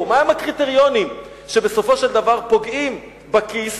ומהם הקריטריונים שבסופו של דבר פוגעים בכיס,